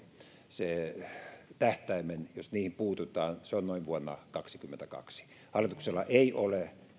se tähtäin jos niihin puututaan on noin vuonna kaksituhattakaksikymmentäkaksi hallituksella ei ole